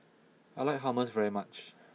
I like Hummus very much